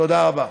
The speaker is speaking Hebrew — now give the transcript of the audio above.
תודה רבה.